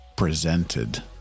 Presented